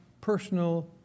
personal